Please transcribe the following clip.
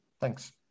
Thanks